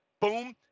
Boom